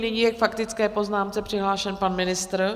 Nyní je k faktické poznámce přihlášen pan ministr.